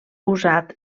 usat